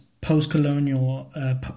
post-colonial